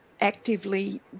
actively